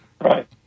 Right